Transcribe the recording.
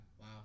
Wow